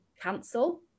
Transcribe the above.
cancel